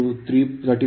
I2 335